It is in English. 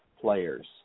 players